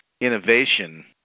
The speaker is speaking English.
innovation